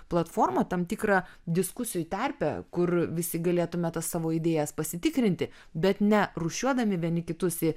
platformą tam tikrą diskusijų terpę kur visi galėtume tas savo idėjas pasitikrinti bet ne rūšiuodami vieni kitus į